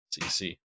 CC